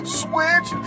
switch